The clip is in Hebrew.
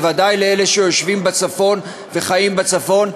בוודאי לאלה שיושבים בצפון וחיים בצפון,